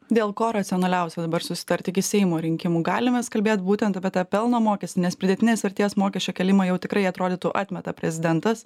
dėl ko racionaliausia dabar susitart iki seimo rinkimų galim mes kalbėt būtent apie tą pelno mokestį nes pridėtinės vertės mokesčio kėlimą jau tikrai atrodytų atmeta prezidentas